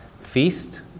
feast